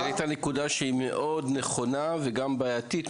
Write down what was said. העלית נקודה נכונה מאוד ומצד שני גם בעייתית.